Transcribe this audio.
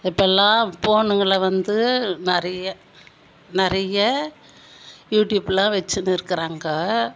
இப்போல்லாம் போனுங்களில் வந்து நிறைய நிறைய யூடியூப்லாம் வச்சுன்னு இருக்கிறாங்க